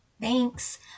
Thanks